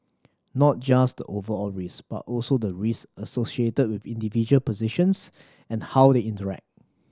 not just the overall risk but also the risk associated with individual positions and how they interact